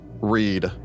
read